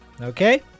Okay